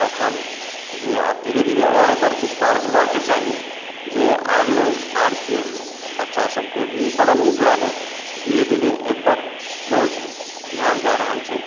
तखन जे आब धीरे धीरे आओर एकर विस्तार होबाक चाही जे आओर लोग आओर बच्चासभके भी बड़ा नीक लागे धीरे धीरे अय पर बहुत ध्यान जा रहल छै